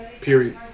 period